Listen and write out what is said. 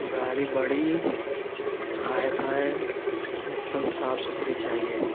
گاڑی بڑی hi fi اور ایک قدم صاف ستھری چاہیے